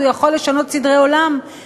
הוא יכול לשנות סדרי עולם,